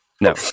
No